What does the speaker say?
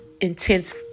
intense